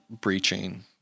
breaching